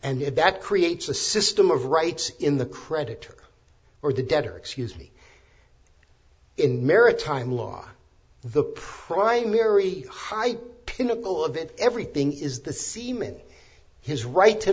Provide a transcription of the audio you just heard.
and that creates a system of rights in the creditor or the debtor excuse me in maritime law the primary high pinnacle of it everything is the semen his right to